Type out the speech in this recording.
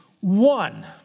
one